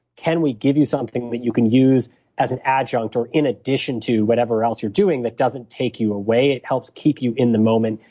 can we give you something that you can use as an adjunct or in addition to whatever else you're doing that doesn't take you away? it helps keep you in the moment,